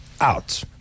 out